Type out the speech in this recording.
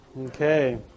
Okay